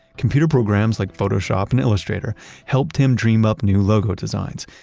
computer programs like photoshop and illustrator helped him dream up new logo designs,